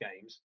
games